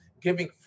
giving